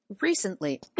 Recently